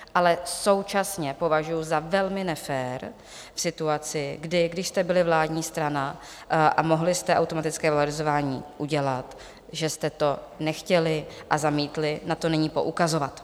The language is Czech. Ale současně považuju za velmi nefér v situaci, když jste byli vládní strana a mohli jste automatické valorizování udělat, že jste to nechtěli a zamítli na to nyní poukazovat.